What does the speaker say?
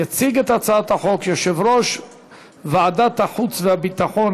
יציג את הצעת החוק יושב-ראש ועדת החוץ והביטחון,